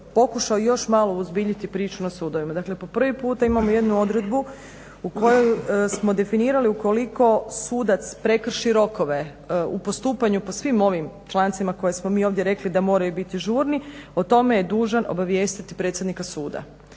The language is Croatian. pokušao još malo uozbiljiti priču na sudovima. Dakle po prvi puta imamo jednu odredbu u kojoj smo definirali ukoliko sudac prekrši rokove u postupanju po svim ovim člancima koje smo mi ovdje rekli da moraju biti žurni, o tome je dužan obavijestiti predsjednika suda.